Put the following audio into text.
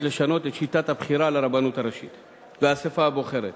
לשנות את שיטת הבחירה לרבנות הראשית והאספה הבוחרת.